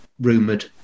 rumoured